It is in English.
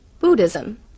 Buddhism